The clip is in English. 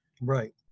Right